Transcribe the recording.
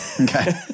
Okay